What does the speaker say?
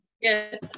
Yes